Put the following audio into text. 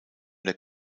der